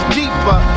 deeper